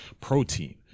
Protein